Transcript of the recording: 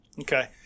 Okay